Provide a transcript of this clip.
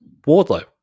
Wardlow